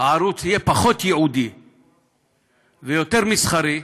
הערוץ יהיה פחות ייעודי ויותר מסחרי,